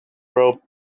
rope